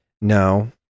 no